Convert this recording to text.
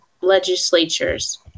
legislatures